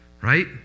right